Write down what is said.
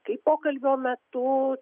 kaip pokalbio metu